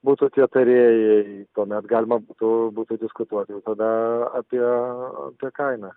būtų tie tarėjai tuomet galima būtų būtų diskutuoti jau tada apie tą kainą